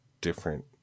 different